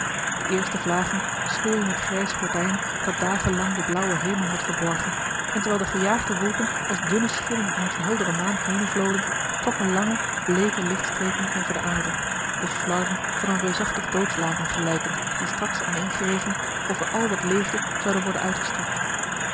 de eerste vlagen scheurden het grijs gordijn dat dagen lang den blauwen hemel had verborgen en marcellus emants een drietal novellen terwijl de gejaagde wolken als dunne schimmen langs de heldere maan henenvloden trokken lange bleeke lichtstrepen over de aarde de flarden van een reusachtig doodslaken gelijkend die straks aaneengeregen over al wat leefde zouden worden uitgestrekt